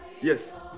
Yes